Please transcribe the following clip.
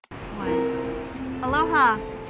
Aloha